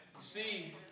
See